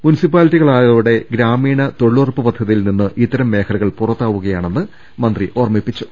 മുനിസിപ്പാലിറ്റിയായതോടെ ഗ്രാമീണ തൊഴിലുറപ്പ് പദ്ധതിയിൽ നിന്ന് ഇത്തരം മേഖലകൾ പുറ ത്താവുകയാണെന്ന് മന്ത്രി ഓർമ്മിപ്പിച്ചു